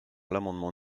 l’amendement